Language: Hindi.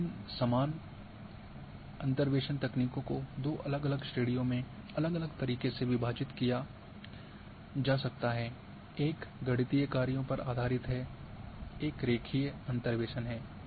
अब इन समान अंतर्वेसन तकनीकों को दो अलग अलग श्रेणियों में अलग अलग तरीके से विभाजित किया जा सकता है एक गणितीय कार्यों पर आधारित है एक रेखीय अंतर्वेसन है